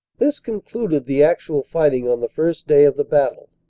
this concluded the actual fighting on the first day of the battle.